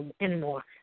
anymore